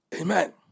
Amen